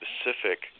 specific